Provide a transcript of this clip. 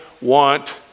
want